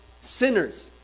Sinners